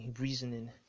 reasoning